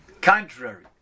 contrary